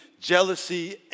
jealousy